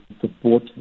support